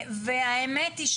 והאמת היא,